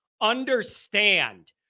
Understand